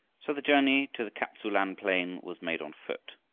so the journey to the kap-tsu-lan plain was made on foot.